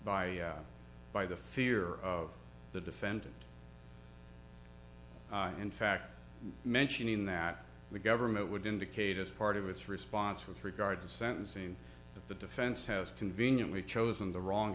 by by the fear of the defendant in fact mentioning that the government would indicate as part of its response with regard to sentencing that the defense has conveniently chosen the wrong